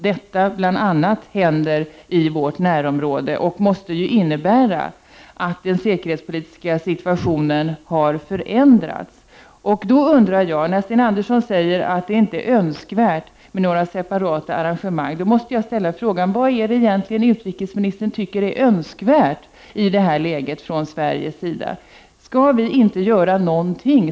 Detta, bl.a., händer i vårt närområde, och det måste ju innebära att den säkerhetspolitiska situationen har förändrats. När Sten Andersson då säger att det inte är önskvärt med några separata arrangemang, måste jag ställa frågan: Vad är det egentligen utrikesministern tycker är önskvärt från Sveriges sida i det här läget? Skall vi inte göra någonting?